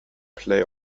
play